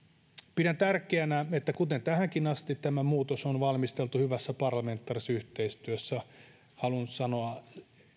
pidän tärkeänä että kuten tähänkin asti tämä muutos on valmisteltu hyvässä parlamentaarisessa yhteistyössä haluan sanoa